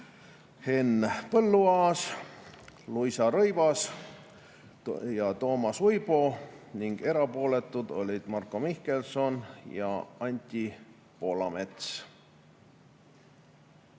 Henn Põlluaas, Luisa Rõivas ja Toomas Uibo ning erapooletud olid Marko Mihkelson ja Anti Poolamets.